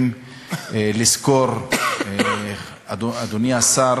צריך לצעוק על זה אז,